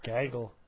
Gaggle